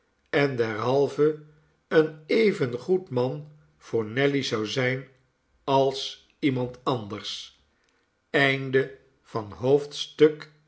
en derhalve een even goed man voor nelly zou zijn als iemand anders